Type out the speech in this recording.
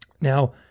Now